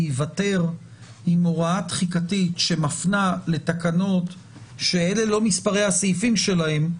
להיוותר עם הוראה תחיקתית שמפנה לתקנות שאלה לא מספרי הסעיפים שלהן,